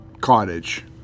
cottage